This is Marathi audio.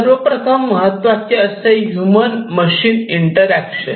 सर्वप्रथम महत्त्वाचे असे ह्यूमन मशीन इंटरॅक्शन